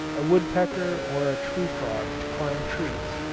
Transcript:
a woodpecker or a tree-frog to climb trees,